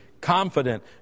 confident